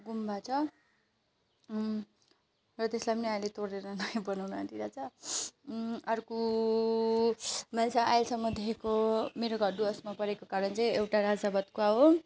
गुम्बा छ र त्यसलाई पनि अहिले तोडेर नयाँ बनाउनु आँटिरहेको छ अर्को मैले चाहिँ अहिलेसम्म देखेको मेरो घर डुवर्समा परेको कारण चाहिँ एउटा राजा भातखावा हो